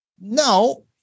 No